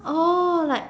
oh like